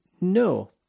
no